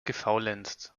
gefaulenzt